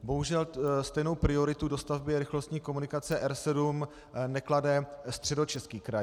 Bohužel stejnou prioritu dostavby rychlostní komunikace R7 neklade Středočeský kraj.